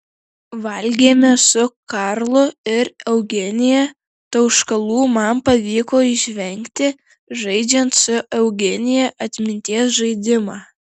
valgėme su karlu ir eugenija tauškalų man pavyko išvengti žaidžiant su eugenija atminties žaidimą